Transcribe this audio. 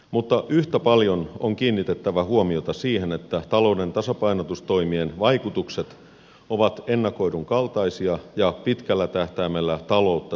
mutta yhtä paljon on kiinnitettävä huomiota siihen että talouden tasapainotustoimien vaikutukset ovat ennakoidun kaltaisia ja pitkällä tähtäimellä taloutta tervehdyttäviä